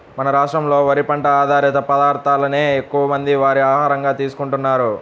మన రాష్ట్రంలో వరి పంట ఆధారిత పదార్ధాలనే ఎక్కువమంది వారి ఆహారంగా తీసుకుంటున్నారు